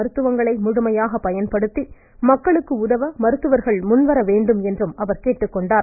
மருத்துவங்களை முழுமையாக பயன்படுத்தி மக்களுக்கு நவீன மருத்துவர்கள் முன்வர வேண்டும் என்றும் அவர் கேட்டுக்கொண்டார்